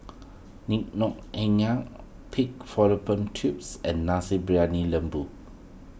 Ngoh Hiang Pig Fallopian Tubes and Nasi Briyani Lembu